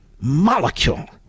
molecule